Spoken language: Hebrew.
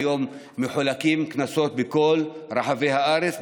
היום מחולקים קנסות בכל רחבי הארץ,